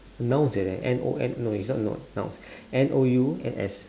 nouns like that N O N no it's not note nouns N O U N S